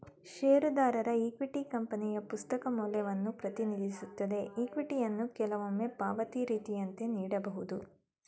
ಷೇರುದಾರರ ಇಕ್ವಿಟಿ ಕಂಪನಿಯ ಪುಸ್ತಕ ಮೌಲ್ಯವನ್ನ ಪ್ರತಿನಿಧಿಸುತ್ತೆ ಇಕ್ವಿಟಿಯನ್ನ ಕೆಲವೊಮ್ಮೆ ಪಾವತಿ ರೀತಿಯಂತೆ ನೀಡಬಹುದು